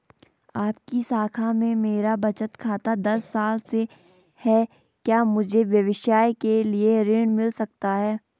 आपकी शाखा में मेरा बचत खाता दस साल से है क्या मुझे व्यवसाय के लिए ऋण मिल सकता है?